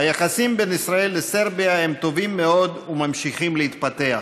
היחסים בין ישראל לסרביה טובים מאוד וממשיכים להתפתח.